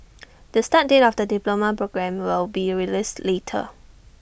the start date of the diploma programme will be released later